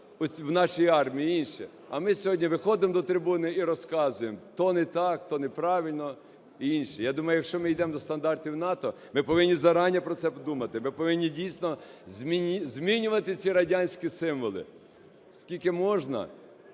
в нашій армії і інше. А ми сьогодні виходимо до трибуни і розказуємо: то не так, то неправильно і інше. Я думаю, якщо ми йдемо до стандартів НАТО, ми повинні заранєє про це думати, ми повинні, дійсно, змінювати ці радянські символи, скільки можна.